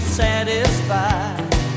satisfied